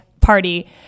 party